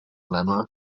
lemma